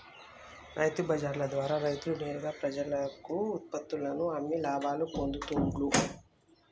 రైతు బజార్ల ద్వారా రైతులు నేరుగా ప్రజలకు ఉత్పత్తుల్లను అమ్మి లాభాలు పొందుతూండ్లు